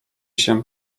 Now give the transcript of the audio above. się